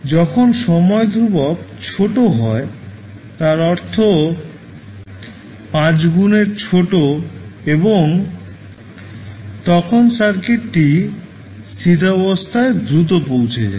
যখন সময় ধ্রুবক ছোট হয় তার অর্থ 5 গুণ এর ছোট এবং তখন সার্কিটটি স্থিতাবস্থায় দ্রুত পৌঁছে যাবে